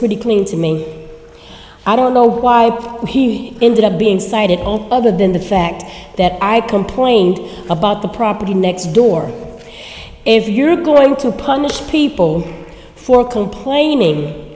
pretty clean to me i don't know why he ended up being cited other than the fact that i've complained about the property next door if you're going to punish people for complaining